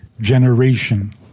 generation